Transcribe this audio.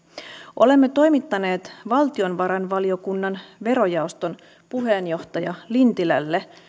olemme toimittaneet valtiovarainvaliokunnan verojaoston puheenjohtaja lintilälle